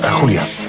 Julia